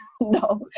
no